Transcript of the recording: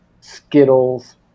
Skittles